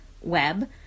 web